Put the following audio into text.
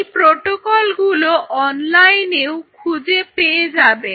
এই প্রটোকল গুলো অনলাইনেও খুঁজে পেয়ে যাবে